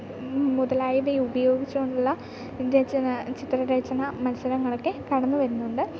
മുതലായവയുപയോഗിച്ചു കൊണ്ടുള്ള രചന ചിത്രരചന മത്സരങ്ങളൊക്കെ കടന്നു വരുന്നുണ്ട്